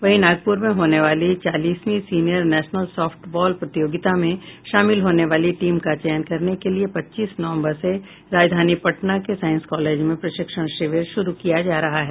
वहीं नागपुर में होने वाली चालीसवीं सीनियर नेशनल सॉफ्ट बॉल प्रतियोगिता में शामिल होने वाली टीम का चयन करने के लिये पच्चीस नवम्बर से राजधानी पटना के साईंस कॉलेज में प्रशिक्षण शिविर शुरू किया जा रहा है